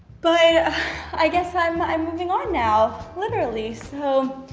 but i guess i'm i'm moving on now, literally so.